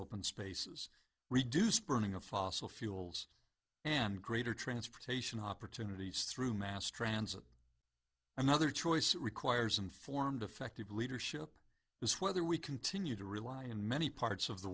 open spaces reduce burning of fossil fuels and greater transportation opportunities through mass transit another choice requires informed effective leadership is whether we continue to rely in many parts of the